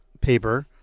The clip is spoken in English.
paper